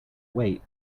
wait